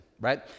right